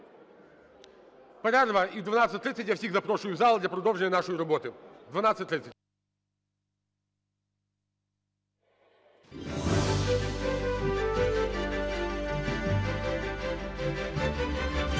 Перерва. І о 12:30 я всіх запрошую в зал для продовження нашої роботи. О 12:30. (Після